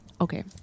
okay